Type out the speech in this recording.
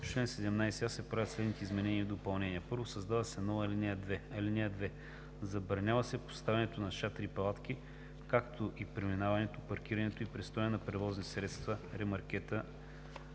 В чл. 17а се правят следните изменения и допълнения: 1. Създава се нова ал. 2: „(2) Забранява се поставянето на шатри и палатки, както и преминаването, паркирането и престоят на превозни средства, ремаркета